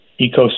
ecosystem